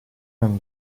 non